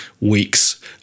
weeks